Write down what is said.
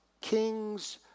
kings